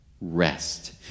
rest